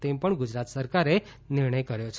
તેમ પણ ગુજરાત સરકારે નિર્ણય કર્યો છે